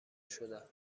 شدم